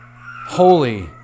holy